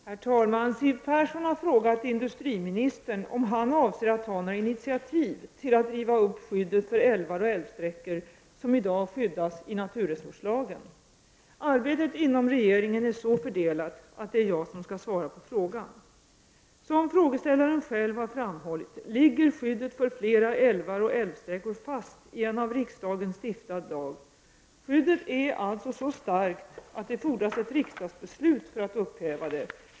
Herr talman! Siw Persson har frågat industriministern om han avser att ta några initiativ till att riva upp skyddet för älvar och älvsträckor som i dag skyddas i naturresurslagen. Arbetet inom regeringen är så fördelat att det är jag som skall svara på frågan. Som frågeställaren själv har framhållit ligger skyddet för flera älvar och älvsträckor fast i en av riksdagen stiftad lag. Skyddet är alltså så starkt att det fordras ett riksdagsbeslut för att upphäva det.